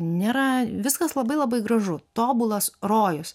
nėra viskas labai labai gražu tobulas rojus